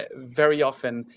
ah very often,